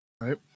Right